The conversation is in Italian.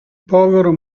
povero